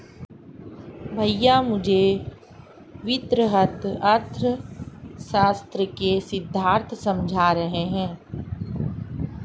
भैया मुझे वृहत अर्थशास्त्र के सिद्धांत समझा रहे हैं